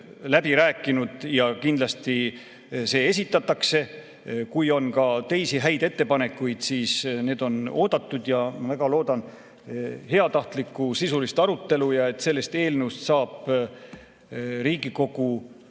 läbi rääkinud ja kindlasti see esitatakse. Kui on ka teisi häid ettepanekuid, siis need on oodatud ja ma väga loodan heatahtlikku sisulist arutelu ja et sellest eelnõust saab Riigikogu